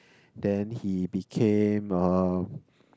then he became uh